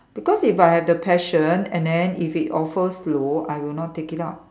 because if I have the passion and then if it offers low I will not take it out